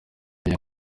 iyi